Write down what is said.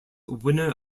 winner